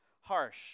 harsh